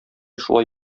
шулай